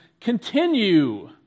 continue